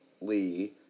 Lee